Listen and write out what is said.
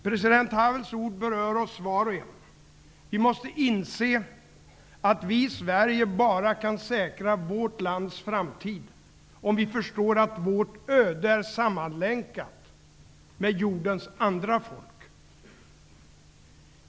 President Havels ord berör oss, var och en. Vi måste inse att vi i Sverige bara kan säkra vårt lands framtid, om vi förstår att vårt öde är sammanlänkat med jordens andra folk.